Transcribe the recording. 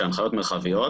של הנחיות מרחביות.